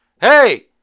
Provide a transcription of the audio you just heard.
Hey